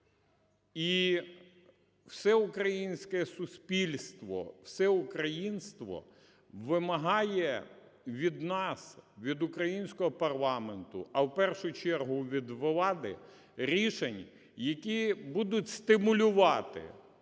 І все українське суспільство, все українство вимагає від нас від українського парламенту, а в першу чергу від влади, рішень, які будуть стимулювати